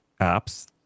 apps